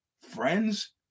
friends